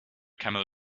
camel